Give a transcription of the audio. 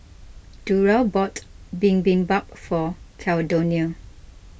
Durrell bought Bibimbap for Caldonia